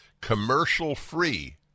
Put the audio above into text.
commercial-free